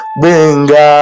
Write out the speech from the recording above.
benga